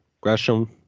Gresham